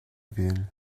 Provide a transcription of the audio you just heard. ville